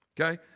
okay